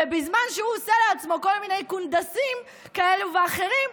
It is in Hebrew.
ובזמן שהוא עושה לעצמו כל מיני קונדסים כאלה ואחרים,